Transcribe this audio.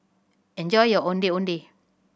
enjoy your Ondeh Ondeh